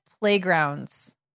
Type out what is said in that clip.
playgrounds